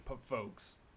folks